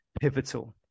pivotal